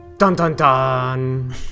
dun-dun-dun